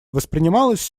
воспринималось